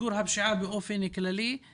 למיגור הפשיעה באופן כללי.